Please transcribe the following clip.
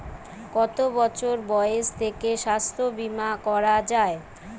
কত বছর বয়স থেকে স্বাস্থ্যবীমা করা য়ায়?